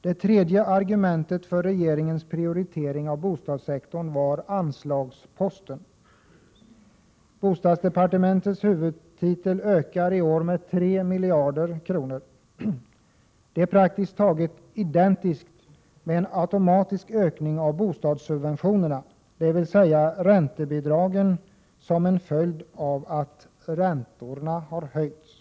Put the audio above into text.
Det tredje argumentet för regeringens prioritering av bostadssektorn var anslagsposten. Bostadsdepartementets huvudtitel ökar i år med 3 miljarder kronor. Det är praktiskt taget identiskt med en automatisk ökning av bostadssubventionerna, dvs. räntebidragen, som en följd av att räntorna har höjts.